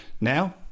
Now